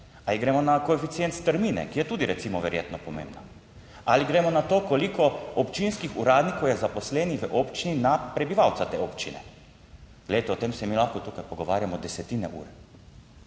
ali gremo na koeficient strmine, ki je tudi recimo verjetno pomembna? Ali gremo na to koliko občinskih uradnikov je zaposlenih v občini, na prebivalca te občine? Glejte, o tem se mi lahko tukaj pogovarjamo desetine ur,